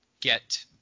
get